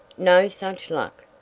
no such luck,